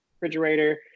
refrigerator